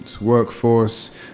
workforce